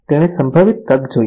તેણે સંભવિત તક જોઈ